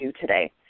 today